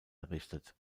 errichtet